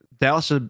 Dallas